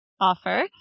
offer